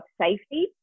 safety